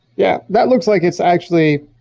yeah that looks like it's actually,